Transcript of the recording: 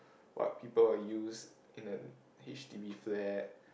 what people will use in a H_D_B flat